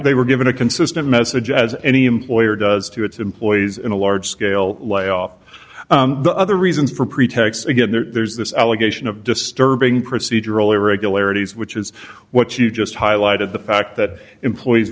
they were given a consistent message as any employer does to its employees in a large scale layoff the other reasons for pretexts again there's this allegation of disturbing procedural irregularities which is what you just highlighted the fact that employees